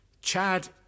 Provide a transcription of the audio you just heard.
Chad